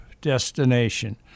destination